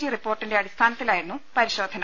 G റിപ്പോർട്ടിന്റെ അടിസ്ഥാനത്തിലായിരുന്നു പരി ശോധന